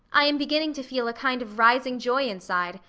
i am beginning to feel a kind of rising joy inside,